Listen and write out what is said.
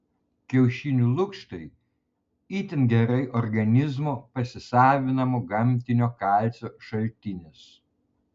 kiaušinių lukštai itin gerai organizmo pasisavinamo gamtinio kalcio šaltinis